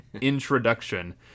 introduction